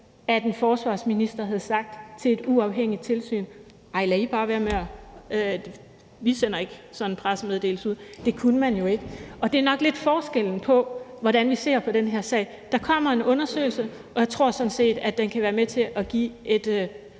at en forsvarsminister havde sagt til et uafhængigt tilsyn: Nej, lad bare være med det, for vi skal ikke sende sådan en pressemeddelelse ud? Det kunne man jo ikke. Og det er nok lidt forskellen på, hvordan vi ser på den her sag. Der kommer en undersøgelse, og jeg tror sådan set, at den kan være med til at give et